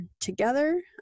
together